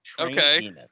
Okay